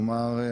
כלומר,